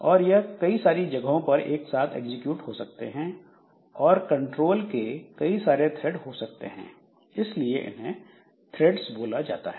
और यह कई सारी जगहों पर एक साथ एग्जीक्यूट हो सकते हैं और कंट्रोल के कई सारे थ्रेड हो सकते हैं इसीलिए इन्हें थ्रेड्स बोला जाता है